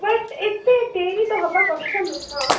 but ଏତେ ଡ଼େରି ତ ହେବା କଥା ନୁହଁ